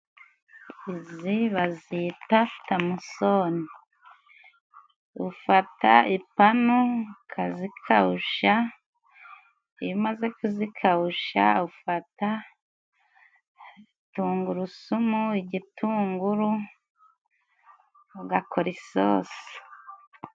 Izi bazita tamusoni. Ufata ipanu ukazikawusha, iyo umaze kuzikawusha ufata tungurusumu, igitunguru, ugakora isosi.